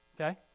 Okay